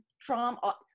trauma